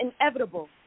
inevitable